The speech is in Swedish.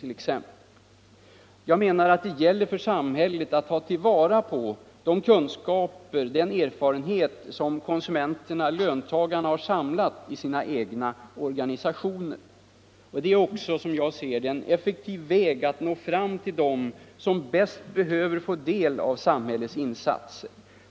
Det gäller för samhället att ta tillvara de kunskaper, den erfarenhet som konsumenterna, löntagarna, har samlat i sina egna organisationer. Det är också, som jag ser det, en effektiv väg att nå fram till dem som bäst behöver få del av samhällets insatser.